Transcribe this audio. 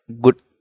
good